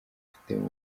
afitemo